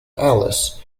alice